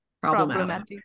Problematic